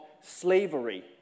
slavery